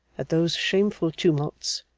that those shameful tumults,